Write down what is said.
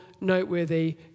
noteworthy